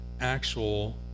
actual